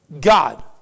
God